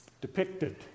depicted